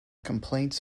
complaints